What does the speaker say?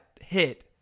hit